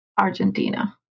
Argentina